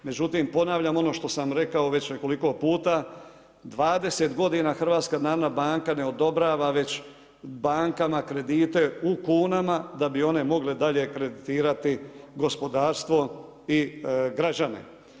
Međutim ponavljam ono što sam rekao već nekoliko puta, 20 godina HNB ne odobrava već bankama kredite u kunama da bi one mogle dalje kreditirati gospodarstvo i građane.